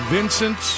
Vincent